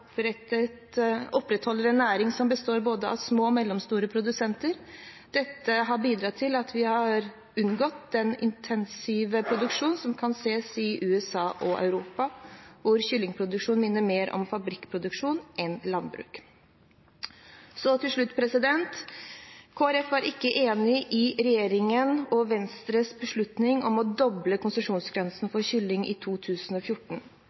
en næring som består av både små og mellomstore produsenter. Dette har bidratt til at vi har unngått den intensive produksjonen som kan ses i USA og Europa, hvor kyllingproduksjon minner mer om fabrikkproduksjon enn landbruk. Så til slutt: Kristelig Folkeparti var ikke enig i regjeringen og Venstres beslutning om å doble konsesjonsgrensene for kylling i 2014.